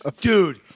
Dude